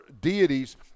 deities